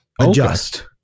adjust